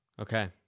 Okay